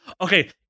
Okay